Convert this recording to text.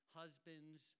husbands